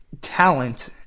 talent